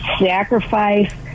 Sacrifice